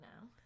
now